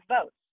votes